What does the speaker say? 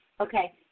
Okay